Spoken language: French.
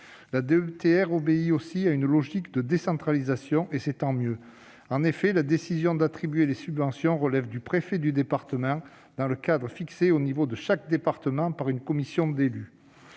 La DETR obéit aussi à une logique de décentralisation, et tant mieux. En effet, la décision d'attribuer les subventions relève du préfet de département, dans le cadre fixé à l'échelon de chaque département par une commission d'élus.